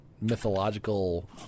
Mythological